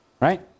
right